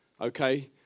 Okay